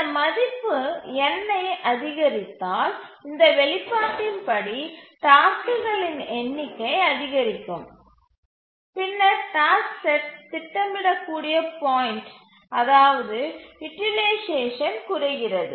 இந்த மதிப்பு n ஐ அதிகரித்தால் இந்த வெளிப்பாட்டின் படி டாஸ்க்குகளின் எண்ணிக்கை அதிகரிக்கும் பின்னர் டாஸ்க் செட் திட்டமிடக்கூடிய பாயிண்ட் அதாவது யூட்டிலைசேஷன் குறைகிறது